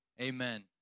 Amen